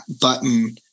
button